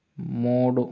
మూడు